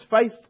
faith